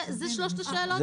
אלה שלוש השאלות.